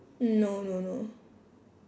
no no no